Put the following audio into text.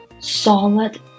solid